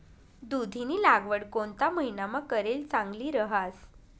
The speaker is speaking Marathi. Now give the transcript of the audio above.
दुधीनी लागवड कोणता महिनामा करेल चांगली रहास